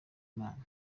imana